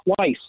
twice